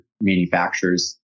manufacturers